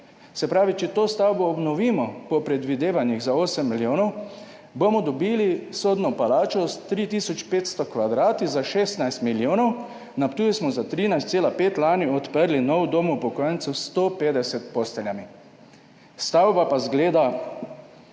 Se pravi, če to stavbo obnovimo po predvidevanjih za 8 milijonov, bomo dobili sodno palačo s 3 tisoč 500 kvadrati za 16 milijonov. Na Ptuju smo za 13,5 lani odprli nov dom upokojencev s 150 posteljami, stavba pa izgleda